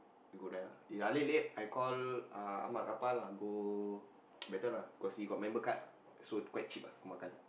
we got there lah if Alif late I call uh Ahmad-Kapal ah go better lah cause he got member card so quite cheap ah go makan